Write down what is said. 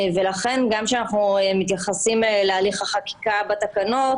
ולכן גם כשאנחנו מתייחסים להליך החקיקה בתקנות